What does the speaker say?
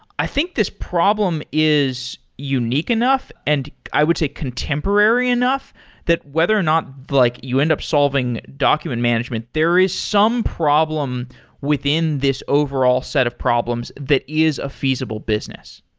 i think this problem is unique enough and i would say contemporary enough that whether or not like you end up solving document management. there is some problem within this overall set of problems that is a feasible business.